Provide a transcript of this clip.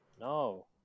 No